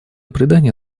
придания